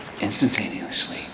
Instantaneously